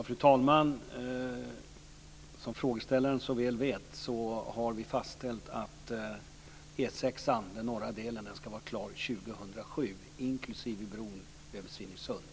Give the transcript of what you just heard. Fru talman! Som frågeställaren så väl vet har vi fastställt att norra delen av E 6 ska vara klar 2007, inklusive bron över Svinesund.